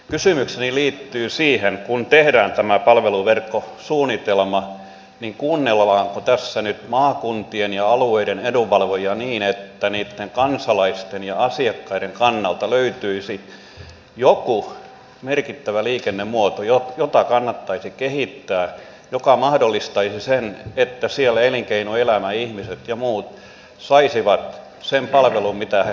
kysymykseni liittyy siihen että kun tehdään tämä palveluverkkosuunnitelma niin kuunnellaanko tässä nyt maakuntien ja alueiden edunvalvojia niin että niitten kansalaisten ja asiakkaiden kannalta löytyisi joku merkittävä liikennemuoto jota kannattaisi kehittää joka mahdollistaisi sen että siellä elinkeinoelämä ihmiset ja muut saisivat sen palvelun mitä he haluavat